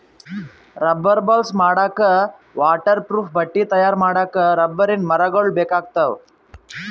rubber balls ಮಾಡಕ್ಕಾ waterproof ಬಟ್ಟಿ ತಯಾರ್ ಮಾಡಕ್ಕ್ ರಬ್ಬರಿನ್ ಮರಗೊಳ್ ಬೇಕಾಗ್ತಾವ